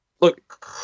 Look